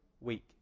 week